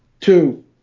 two